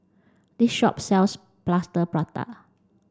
this shop sells plaster Prata